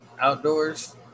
outdoors